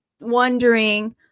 wondering